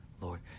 Lord